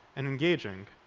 and engaging,